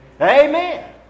Amen